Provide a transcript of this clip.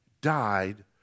died